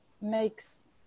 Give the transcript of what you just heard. makes